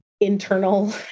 internal